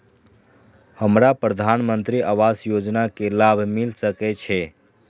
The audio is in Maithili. हमरा प्रधानमंत्री आवास योजना के लाभ मिल सके छे?